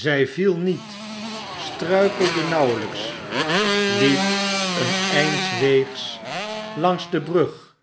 zy viel niet struikelde nauwelyks liep een eindweegs langs de brug